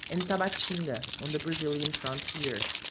and tabatinga, on the brazilian frontier.